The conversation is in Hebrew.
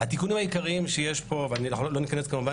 התיקונים העיקריים שיש פה לא ניכנס פה כמובן